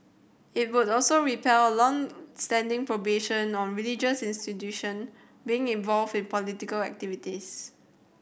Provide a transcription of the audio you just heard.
it would also repeal a long standing prohibition on religious institution being involved in political activities